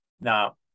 Now